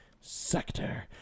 sector